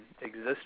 exist